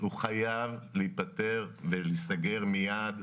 הוא חייב להיפתר ולהיסגר מייד.